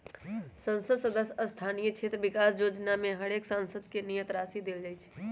संसद सदस्य स्थानीय क्षेत्र विकास जोजना में हरेक सांसद के नियत राशि देल जाइ छइ